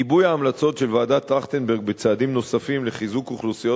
גיבוי ההמלצות של ועדת-טרכטנברג בצעדים נוספים לחיזוק אוכלוסיות